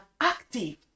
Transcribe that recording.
active